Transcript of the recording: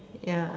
ya